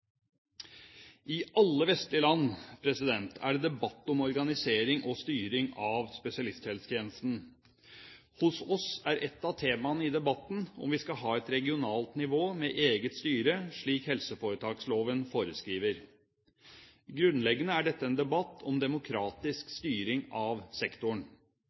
I alle vestlige land er det debatt om organisering og styring av spesialisthelsetjenesten. Hos oss er ett av temaene i debatten om vi skal ha et regionalt nivå med eget styre, slik helseforetaksloven foreskriver. Grunnleggende er dette en debatt om demokratisk styring av sektoren.